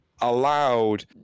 allowed